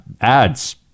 ads